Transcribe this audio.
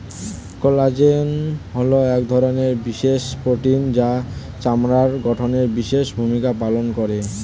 collagen হলো এক ধরনের বিশেষ প্রোটিন যা চামড়ার গঠনে বিশেষ ভূমিকা পালন করে